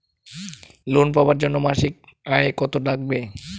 Loan পাবার জন্যে মাসিক আয় কতো লাগবে?